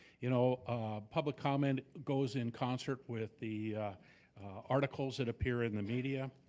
you know ah public comment goes in concert with the articles that appear in the media,